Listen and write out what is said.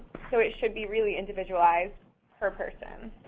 so it should be really individualized per person.